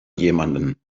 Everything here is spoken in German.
jemanden